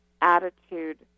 attitude